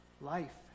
life